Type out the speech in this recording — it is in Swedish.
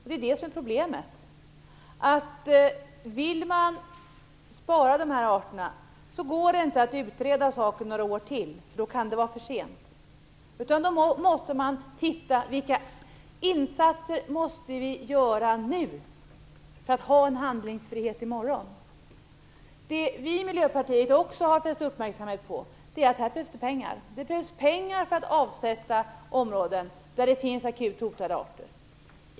Det är det som är problemet. Vill man att dessa arter skall bevaras går det inte att hålla på att utreda saken ytterligare några år. Då kan det vara för sent. Man måste se efter vilka insatser som måste göras nu för att det skall finnas en handlingsfrihet i morgon. Vi i Miljöpartiet har också fäst uppmärksamheten på att det här behövs pengar för att man skall kunna avsätta områden med akut hotade arter.